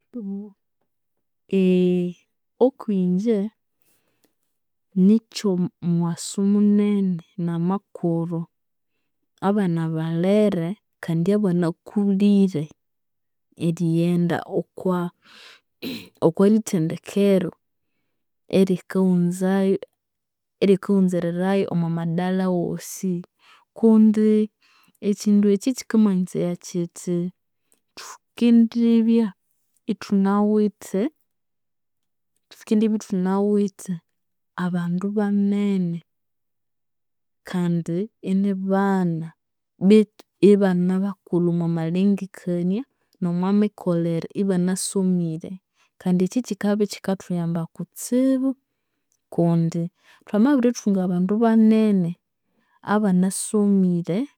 Okwinje, nikyomughasu munene namakuru, abana balere kandi abanakulire erighenda okwa okwalithendekeru erikaghunze erikaghunzererayu omwamadara wosi kundi ekyindu ekyi kyikamanyisya kyithi, thukindibya ithunawithe ithunawithe abandu banene kandi inibana betu ibane bakulhu omwamalengekania, nomwamikolere ibanasomire. Kandi ekyi kyikabya ikyikathuyamba kutsibu kundi thwamabirithunga abandu banene abanasomire